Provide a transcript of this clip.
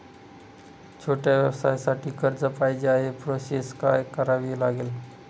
छोट्या व्यवसायासाठी कर्ज पाहिजे आहे प्रोसेस काय करावी लागेल?